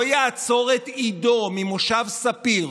לא יעצור את עידו ממושב ספיר,